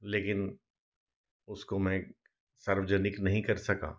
लेकिन उसको मैं सार्वजनिक नहीं कर सका